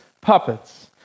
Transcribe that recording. puppets